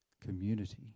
community